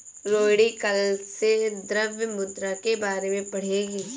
रोहिणी कल से द्रव्य मुद्रा के बारे में पढ़ेगी